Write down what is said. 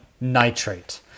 nitrate